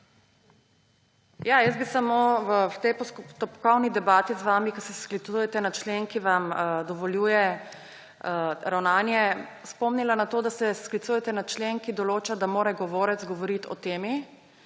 (PS SAB): V tej postopkovni debati z vami bi samo, ker se sklicujete na člen, ki vam dovoljuje ravnanje, spomnila na to, da se sklicujete na člen, ki določa, da mora govorec govoriti o temi,